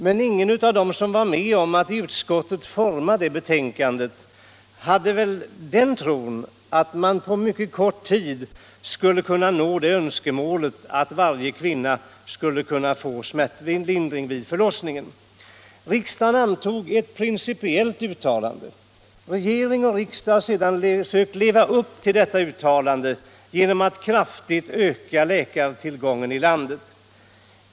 Men ingen av dem som i utskottet var med om att forma det betänkandet trodde väl att man på mycket kort tid skulle kunna förverkliga önskemålet att varje kvinna skulle kunna få smärtlindring vid förlossning. Riksdagen antog ett principiellt uttalande. Regering och riksdag har sedan sökt leva upp till det genom att kraftigt öka läkartillgången i landet.